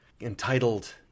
entitled